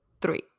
three